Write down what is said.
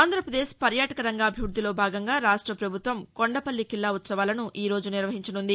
ఆంధ్రాపదేశ్ పర్యాటక రంగాభివృద్దిలో భాగంగా రాష్ట ప్రభుత్వం కొండపల్లి ఖీల్లా ఉత్సవాలను ఈ రోజు నిర్వహించనున్నది